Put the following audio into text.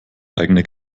eigene